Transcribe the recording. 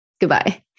goodbye